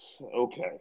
Okay